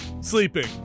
sleeping